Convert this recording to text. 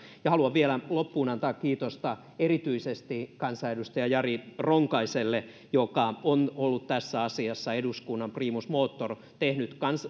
haluan vielä lopuksi antaa kiitosta erityisesti kansanedustaja jari ronkaiselle joka on ollut tässä asiassa eduskunnan primus motor